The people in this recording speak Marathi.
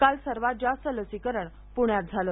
काल सर्वांत जास्त लसीकरण पुण्यात झालं